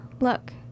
look